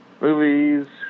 movies